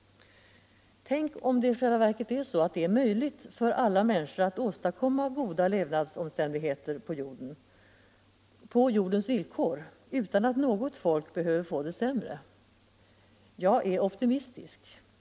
Tänk om det i själva verket är möjligt för alla människor att åstadkomma goda levnadsomständigheter på jordens villkor, utan att något folk behöver få det sämre! Jag är optimistisk.